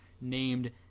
named